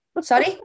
Sorry